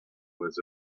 was